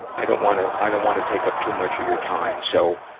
i don't want to, i don't want to take up too much of your time, so,